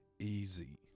Easy